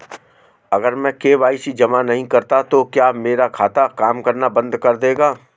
अगर मैं के.वाई.सी जमा नहीं करता तो क्या मेरा खाता काम करना बंद कर देगा?